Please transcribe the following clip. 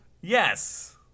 Yes